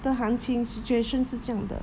的行情 situation 是这样的